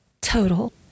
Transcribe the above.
total